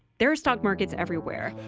there are stock markets everywhere,